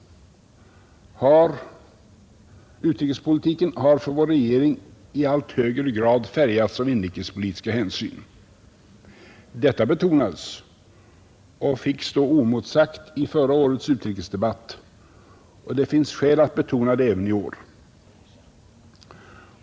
Utrikespolitiken har för vår regering i allt högre grad färgats av inrikespolitiska hänsyn. Detta betonades och fick stå oemotsagt i förra årets utrikesdebatt, och det finns skäl att betona det även i år.